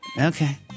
Okay